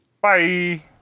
Bye